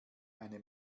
eine